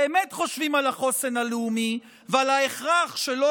באמת חושבים על החוסן הלאומי ועל ההכרח שלא